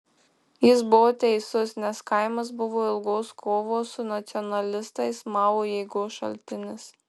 jis buvo teisus nes kaimas buvo ilgos kovos su nacionalistais mao jėgos šaltinis